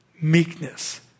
meekness